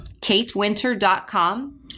katewinter.com